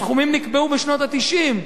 הסכומים נקבעו בשנות ה-90,